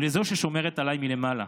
ולזו ששומרת עליי מלמעלה